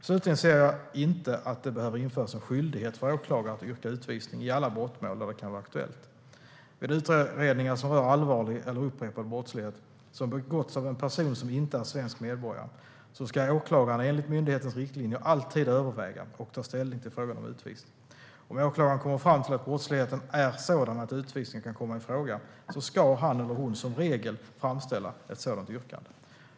Slutligen ser jag inte att det behöver införas en skyldighet för åklagare att yrka utvisning i alla brottmål där det kan vara aktuellt. Vid utredningar som rör allvarlig eller upprepad brottslighet som begåtts av en person som inte är svensk medborgare ska åklagaren enligt myndighetens riktlinjer alltid överväga och ta ställning till frågan om utvisning. Om åklagaren kommer fram till att brottsligheten är sådan att utvisning kan komma i fråga ska han eller hon som regel framställa ett sådant yrkande.